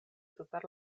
super